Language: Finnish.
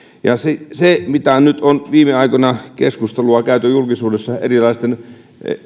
siinä keskustelussa mitä nyt on viime aikoina käyty julkisuudessa erilaisten